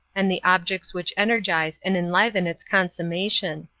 and the objects which energize and enliven its consummation.